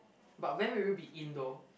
but when will you be in though